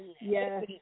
yes